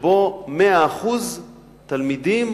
שבו 100% התלמידים,